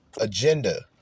Agenda